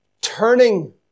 Turning